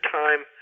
time